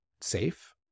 safe